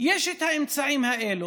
יש את האמצעים האלו,